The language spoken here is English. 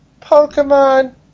Pokemon